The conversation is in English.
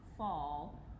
fall